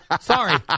Sorry